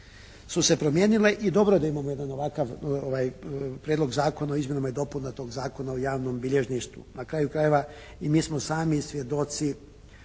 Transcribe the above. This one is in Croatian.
su se promijenile i dobro da imamo jedan ovakav Prijedlog zakona o izmjenama i dopunama tog Zakona o javnom bilježništvu. Na kraju krajeva i mi smo sami svjedoci